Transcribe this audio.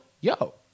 yo